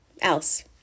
else